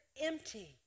empty